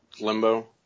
Limbo